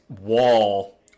wall